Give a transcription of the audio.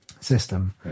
system